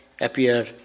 appear